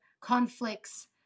conflicts